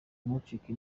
ntucike